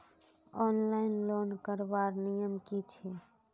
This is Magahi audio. ऑनलाइन लोन करवार नियम की छे?